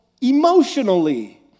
emotionally